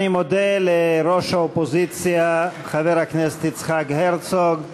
אני מודה לראש האופוזיציה חבר הכנסת יצחק הרצוג.